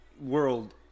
world